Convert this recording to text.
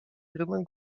firmy